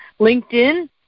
LinkedIn